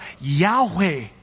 Yahweh